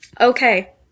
okay